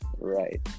Right